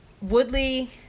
Woodley